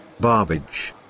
barbage